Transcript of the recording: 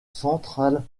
centrale